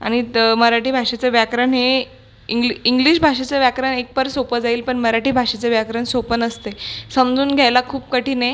आणि तर मराठी भाषेचं व्याकरण हे इंग्लि इंग्लिश भाषेचं व्याकरण एक बार सोपं जाईल पण मराठी भाषेचं व्याकरण सोपं नसते समजून घ्यायला खूप कठीण आहे